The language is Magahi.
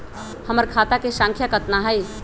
हमर खाता के सांख्या कतना हई?